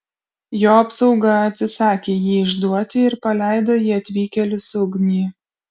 jo apsauga atsisakė jį išduoti ir paleido į atvykėlius ugnį